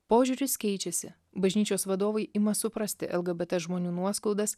požiūris keičiasi bažnyčios vadovai ima suprasti lgbt žmonių nuoskaudas